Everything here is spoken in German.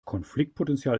konfliktpotenzial